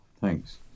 Thanks